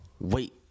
Wait